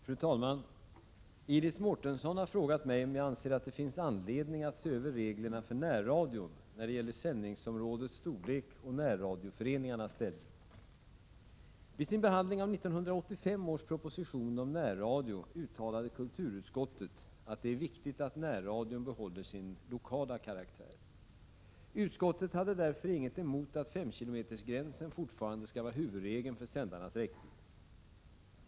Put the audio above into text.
Fru talman! Iris Mårtensson har frågat mig om jag anser att det finns anledning att se över reglerna för närradion när det gäller sändningsområdets storlek och närradioföreningarnas ställning. Vid sin behandling av 1985 års proposition om närradio att det är viktigt att närradion behåller sin lokala karaktär. Utskottet hade därför inget emot att 5 km-gränsen fortfarande skall vara huvudregeln för sändarnas räckvidd.